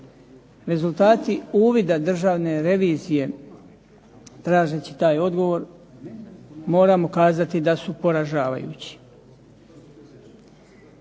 Rezultati uvida državne revizije tražeći taj odgovor moramo kazati da su poražavajući.